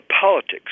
politics